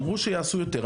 אמרו שיעשו יותר,